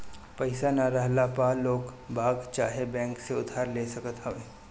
पईसा ना रहला पअ लोगबाग चाहे बैंक से उधार ले सकत हवअ